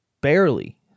barely